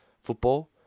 football